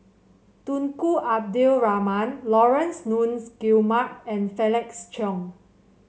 Tunku Abdul Rahman Laurence Nunns Guillemard and Felix Cheong